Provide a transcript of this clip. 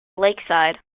lakeside